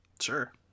Sure